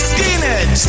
Skinhead